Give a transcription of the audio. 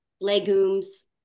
legumes